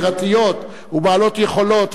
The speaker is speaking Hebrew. ויצירתיות ובעלות יכולות.